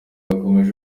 yakomeje